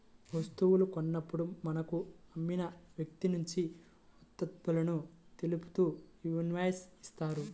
వస్తువు కొన్నప్పుడు మనకు అమ్మిన వ్యక్తినుంచి ఉత్పత్తులను తెలుపుతూ ఇన్వాయిస్ ఇత్తారు